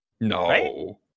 No